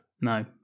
no